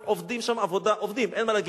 עובדים, אין מה להגיד,